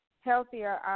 healthier